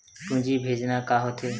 पूंजी भेजना का होथे?